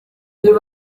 uyu